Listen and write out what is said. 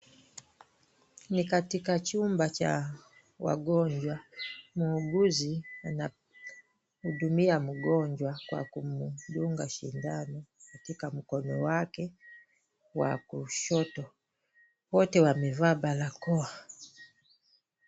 Ni katika chumba cha wagonjwa, muuguzi anahudumia mgonjwa kwa kumdunga shindano, katika mkono wake. Wa kushoto. Wote wamevaa balakoa.